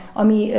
ami